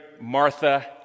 Martha